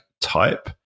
type